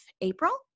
April